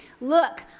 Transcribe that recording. Look